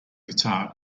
guitar